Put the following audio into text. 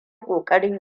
ƙoƙarin